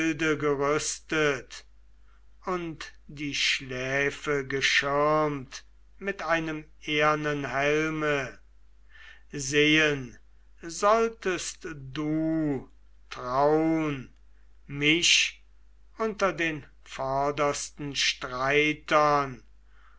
und die schläfe geschirmt mit einem ehernen helme sehen solltest du traun mich unter den vordersten streitern